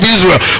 Israel